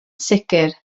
sicr